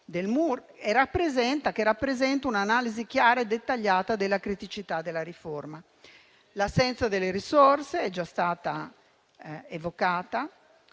del MUR, che rappresenta un'analisi chiara e dettagliata delle criticità della riforma. L'assenza delle risorse è già stata evocata.